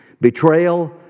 Betrayal